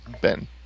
Ben